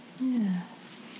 Yes